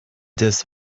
this